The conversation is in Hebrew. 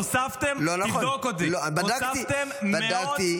הוספתם, תבדוק אותי, הוספתם -- בדקתי.